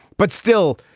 but still,